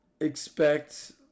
expect